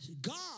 God